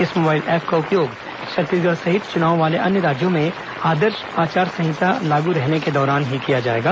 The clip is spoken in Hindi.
इस मोबाइल ऐप का उपयोग छत्तीसगढ़ सहित चुनाव वाले अन्य राज्यों में आदर्श आचार संहिता लागू रहने के दौरान ही किया जाएगा